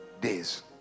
days